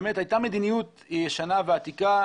הייתה מדיניות ישנה ועתיקה,